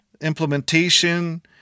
implementation